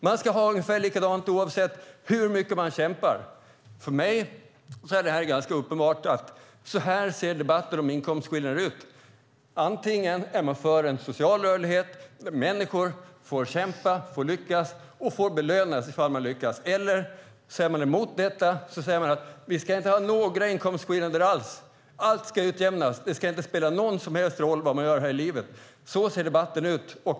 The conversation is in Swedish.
Man ska ha det ungefär likadant oavsett hur mycket man kämpar. Så här ser debatten om inkomstskillnader ut. Antingen är man för en social rörlighet där människor får kämpa och får lyckas och får belönas för att de lyckas eller också är man emot det och säger att vi inte ska ha några inkomstskillnader. Allt ska utjämnas. Det ska inte spela någon roll vad man gör i livet. Så ser debatten ut.